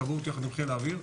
הכבאות יחד עם חיל האוויר,